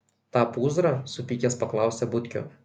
tą pūzrą supykęs paklausė butkio